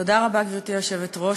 תודה רבה, גברתי היושבת-ראש.